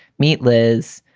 meet liz,